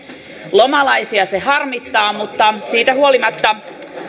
lomalaisia se harmittaa mutta siitä huolimatta